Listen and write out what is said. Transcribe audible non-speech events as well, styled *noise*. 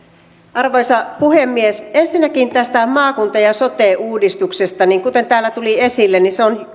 arvoisa puhemies ensinnäkin tästä maakunta ja sote uudistuksesta kuten täällä tuli esille se on *unintelligible*